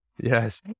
yes